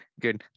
good